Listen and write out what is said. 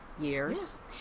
years